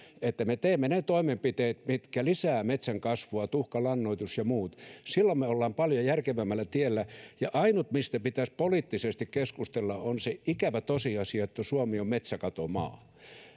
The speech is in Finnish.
että me teemme ne toimenpiteet mitkä lisäävät metsän kasvua kuten tuhkalannoitus ja muut silloin me olemme paljon järkevämmällä tiellä ainut mistä pitäisi poliittisesti keskustella on se ikävä tosiasia että suomi on metsäkatomaa